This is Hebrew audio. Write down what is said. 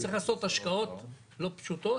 צריך לעשות השקעות לא פשוטות,